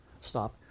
Stop